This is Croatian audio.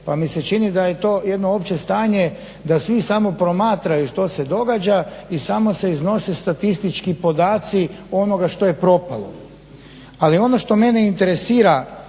pa mi se čini da je to jedno opće stanje da svi samo promatraju što se događa i samo se iznose statistički podaci onoga što je propalo. Ali ono što mene interesira